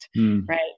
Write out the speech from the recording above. Right